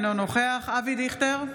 אינו נוכח אבי דיכטר,